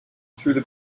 through